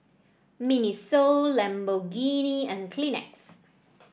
Miniso Lamborghini and Kleenex